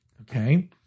Okay